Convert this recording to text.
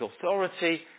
authority